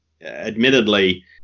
admittedly